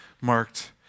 marked